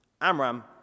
Amram